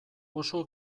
oso